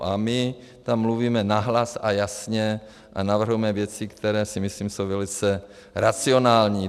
A my tam mluvíme nahlas a jasně a navrhujeme věci, které si myslím jsou velice racionální.